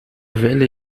velha